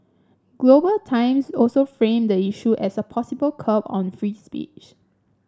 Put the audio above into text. Global Times also framed the issue as a possible curb on free speech